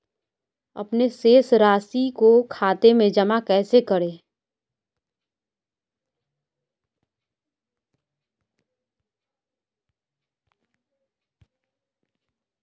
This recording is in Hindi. अपने शेष राशि को खाते में जमा कैसे करें?